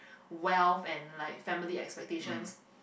wealth and like family expectations